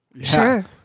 Sure